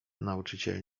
nauczyciel